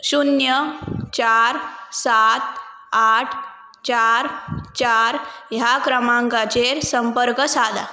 शुन्य चार सात आठ चार चार ह्या क्रमांकाचेर संपर्क साद